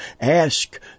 ask